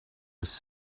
was